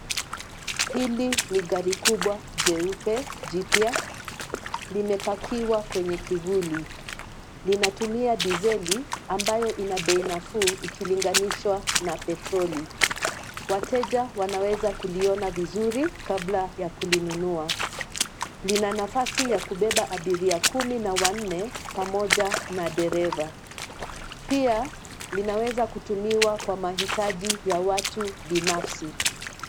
Hili ni gari kubwa jeupe jipya. Limepakiwa kwenye kivuli. Linatumia dizeli, ambayo ina bei nafuu ikilinganishwa na petroli. Wateja wanaweza kuliona vizuri kabla ya kulinunua. Lina nafasi ya kubeba abiria kumi na wanne, pamoja na dereva. Pia, linaweza kutumiwa kwa mahitaji ya watu binafsi.